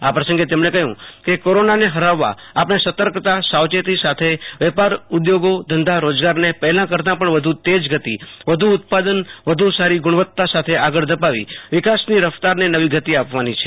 આ પ્રસંગે તેમણે કહ્યું કે કોરોનાને ફરાવવા આપણે સતર્કતા સાવચેતી સાથે વેપાર ઉદ્યોગોધંધા રોજગારને પહેલાં કરતાં પણ વધુ તેજ ગતિ વધુ ઉત્પાદનવધુ સારી ગુણવત્તા સાથે આગળ ધપાવી વિકાસની રફતારને નવી ગતિ આપવી છે